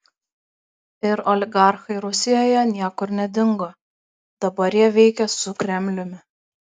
ir oligarchai rusijoje niekur nedingo dabar jie veikia su kremliumi